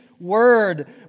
word